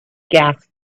gas